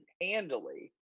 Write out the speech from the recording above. handily